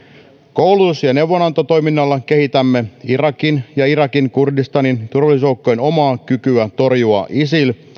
koulutus ja neuvonantotoiminnalla kehitämme irakin ja irakin kurdistanin turvallisuusjoukkojen omaa kykyä torjua isil